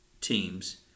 teams